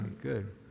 good